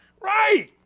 Right